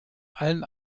allen